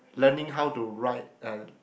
learning how to ride a